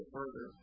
further